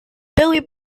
billie